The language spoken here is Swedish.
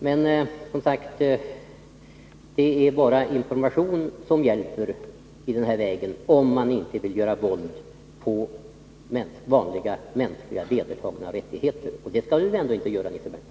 Men det är, som sagt, bara information som hjälper i det här läget, om man inte vill göra våld på vanliga vedertagna mänskliga rättigheter. Och det skall vi väl ändå inte göra, Nils Berndtson?